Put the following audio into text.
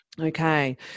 Okay